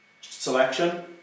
selection